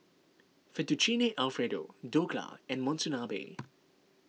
Fettuccine Alfredo Dhokla and Monsunabe